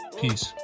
Peace